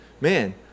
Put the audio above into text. Man